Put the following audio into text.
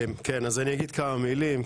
אז אני אגיד כמה מילים,